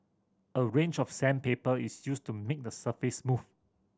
a range of sandpaper is used to make the surface smooth